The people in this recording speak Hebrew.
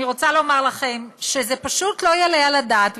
אני רוצה לומר לכם שזה פשוט לא יעלה על הדעת,